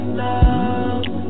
love